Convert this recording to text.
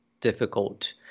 difficult